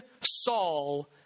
Saul